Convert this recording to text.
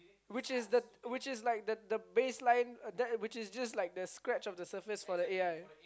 which is the which is like the the base line which is just the scratch of the surface for the A_I